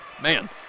man